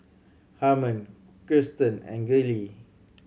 Harman Kirsten and Gillie